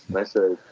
but i said,